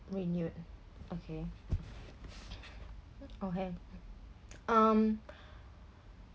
renewed okay okay um